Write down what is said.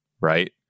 right